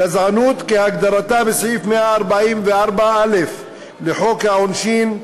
ו"גזענות" כהגדרתה בסעיף 144א לחוק העונשין,